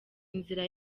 inzira